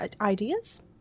ideas